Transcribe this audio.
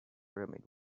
pyramids